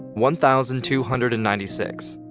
one thousand two hundred and ninety six?